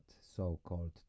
so-called